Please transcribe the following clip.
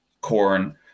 corn